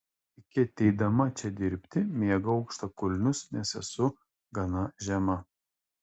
iki ateidama čia dirbti mėgau aukštakulnius nes esu gana žema